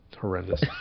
horrendous